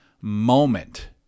moment